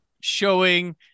showing